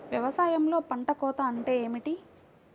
వ్యవసాయంలో పంట కోత అంటే ఏమిటి?